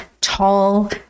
tall